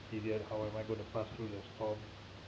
period how am I going to pass through this